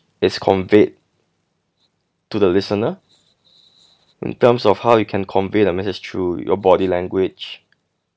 is conveyed to the listener in terms of how you can convey the message through your body language